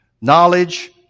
knowledge